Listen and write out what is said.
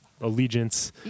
allegiance